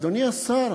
אדוני השר,